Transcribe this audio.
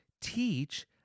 teach